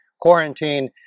quarantine